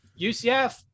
UCF